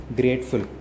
grateful